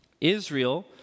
Israel